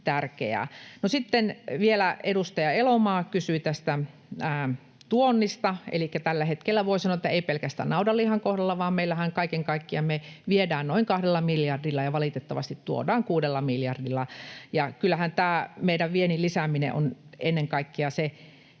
Sitten vielä edustaja Elomaa kysyi tästä tuonnista. Elikkä tällä hetkellä voi sanoa, että ei pelkästään naudanlihan kohdalla, vaan mehän kaiken kaikkiaan viedään noin kahdella miljardilla ja valitettavasti tuodaan kuudella miljardilla. Kyllähän tämä meidän viennin lisääminen on ennen kaikkea